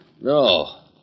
No